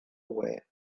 away